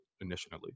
initially